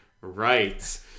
right